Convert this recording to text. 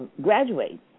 graduate